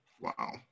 Wow